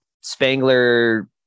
Spangler